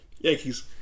Yankees